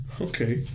Okay